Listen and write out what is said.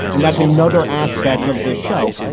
and that's another aspect of this show.